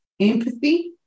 empathy